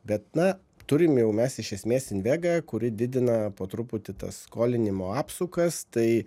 bet na turim jau mes iš esmės invega kuri didina po truputį tas skolinimo apsukas tai